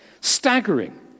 Staggering